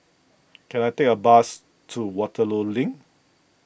can I take a bus to Waterloo Link